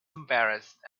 embarrassed